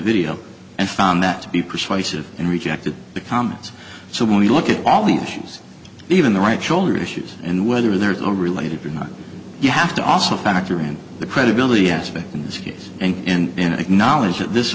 video and found that to be persuasive and rejected the comments so when you look at all the issues even the right shoulder issues and whether there are all related or not you have to also factor in the credibility aspect in this case and acknowledge th